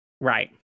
Right